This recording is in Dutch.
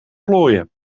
vlooien